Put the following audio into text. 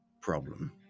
problem